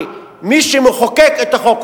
שמי שמחוקק את החוק,